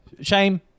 shame